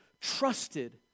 trusted